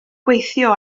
gweithio